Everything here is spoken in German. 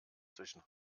zwischen